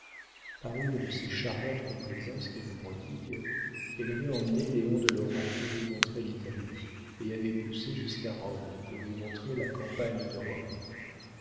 par une de ces charmantes complaisances qu'elle prodigue elle avait emmené léon de lora pour lui montrer l'italie et avait poussé jusqu'à rome pour lui montrer la campagne de rome